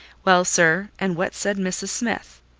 well, sir, and what said mrs. smith?